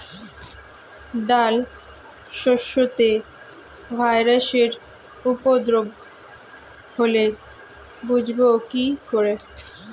ডাল শস্যতে ভাইরাসের উপদ্রব হলে বুঝবো কি করে?